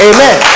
Amen